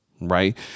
right